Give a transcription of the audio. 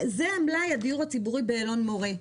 זה המלאי הדיור הציבורי באלון מורה,